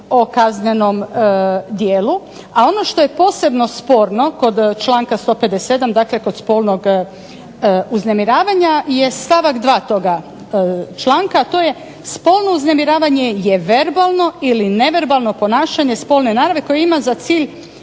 o kaznenom djelu. A ono što je posebno sporno kod članka 157., dakle kod spolnog uznemiravanja jest stavak 2. toga članka, a to je spolno uznemiravanje je verbalno ili neverbalno ponašanje spolne naravi koje ima za cilj